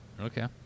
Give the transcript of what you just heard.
Okay